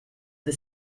the